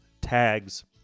Tag's